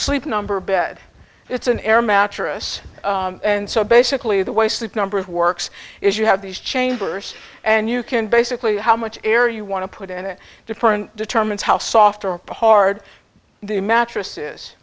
sleep number bed it's an air mattress and so basically the way sleep number of works is you have these chambers and you can basically how much air you want to put in different determines how soft or hard the mattress